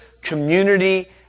community